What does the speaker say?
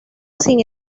sin